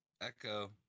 Echo